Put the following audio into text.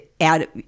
add